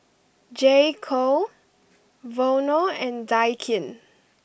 J Co Vono and Daikin